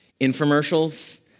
infomercials